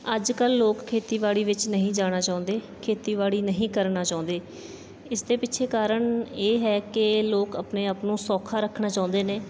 ਅੱਜ ਕੱਲ੍ਹ ਲੋਕ ਖੇਤੀਬਾੜੀ ਵਿੱਚ ਨਹੀਂ ਜਾਣਾ ਚਾਹੁੰਦੇ ਖੇਤੀਬਾੜੀ ਨਹੀਂ ਕਰਨਾ ਚਾਹੁੰਦੇ ਇਸ ਦੇ ਪਿੱਛੇ ਕਾਰਣ ਇਹ ਹੈ ਕਿ ਲੋਕ ਆਪਣੇ ਆਪ ਨੂੰ ਸੌਖਾ ਰੱਖਣਾ ਚਾਹੁੰਦੇ ਨੇ